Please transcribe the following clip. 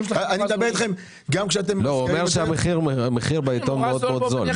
--- הוא אומר שהמחיר בעיתון מאוד זול.